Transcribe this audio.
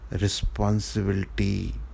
responsibility